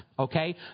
Okay